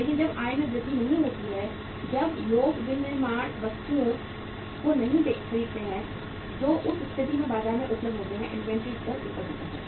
लेकिन जब आय में वृद्धि नहीं होती है जब लोग विनिर्मित वस्तुओं को नहीं खरीदते हैं जो उस स्थिति में बाजार में उपलब्ध होते हैं इन्वेंट्री स्तर ऊपर जाता है